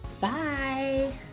Bye